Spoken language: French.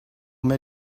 met